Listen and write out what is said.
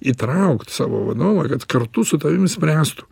įtraukt savo vadovą kad kartu su tavim išspręstų